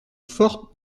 fort